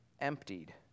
emptied